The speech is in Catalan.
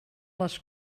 les